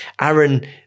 Aaron